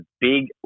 big